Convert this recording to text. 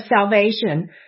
salvation